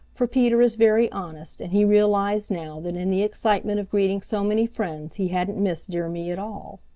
for peter is very honest and he realized now that in the excitement of greeting so many friends he hadn't missed dear me at all.